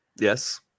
Yes